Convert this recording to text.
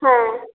হ্যাঁ